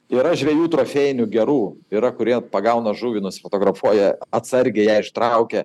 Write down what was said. yra žvejų trofėjinių gerų yra kurie pagauna žuvį nusifotografuoja atsargiai ją ištraukia